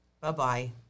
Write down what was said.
Bye-bye